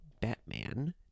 Batman